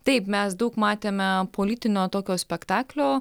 taip mes daug matėme politinio tokio spektaklio